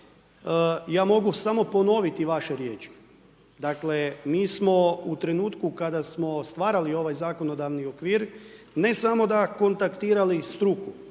ja mogu samo ponoviti vaše riječi. Dakle, mi smo u trenutku kada smo stvarali ovaj zakonodavni okvir, ne samo da kontaktirali struku,